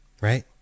right